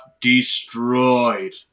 Destroyed